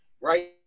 right